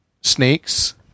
snakes